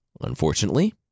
Unfortunately